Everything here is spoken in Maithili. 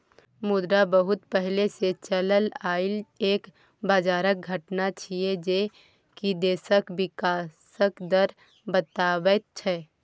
मुद्रा बहुत पहले से चलल आइल एक बजारक घटना छिएय जे की देशक विकासक दर बताबैत छै